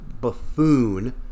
buffoon